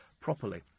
properly